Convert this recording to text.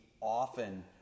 often